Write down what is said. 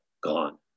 gone